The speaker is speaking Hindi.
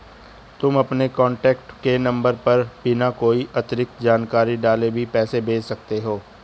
तुम अपने कॉन्टैक्ट के नंबर पर बिना कोई अतिरिक्त जानकारी डाले भी पैसे भेज सकते हो